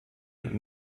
new